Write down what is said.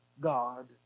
God